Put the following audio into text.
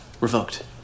Revoked